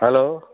hello